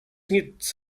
nic